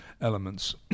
elements